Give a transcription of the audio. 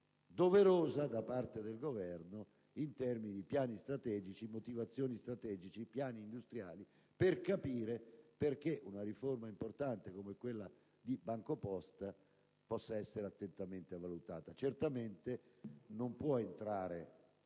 doverosa da parte del Governo, in termini di piani strategici, di motivazioni strategiche, di piani industriali, perché una riforma importante come quella di BancoPosta possa essere attentamente valutata. È una